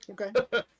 Okay